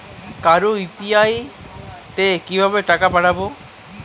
কারো ইউ.পি.আই তে কিভাবে টাকা পাঠাবো?